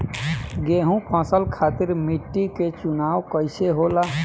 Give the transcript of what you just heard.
गेंहू फसल खातिर मिट्टी के चुनाव कईसे होला?